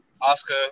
Oscar